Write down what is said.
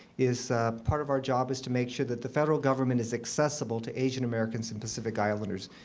is part of our job is to make sure that the federal government is accessible to asian-americans and pacific islanders.